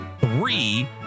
three